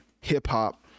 hip-hop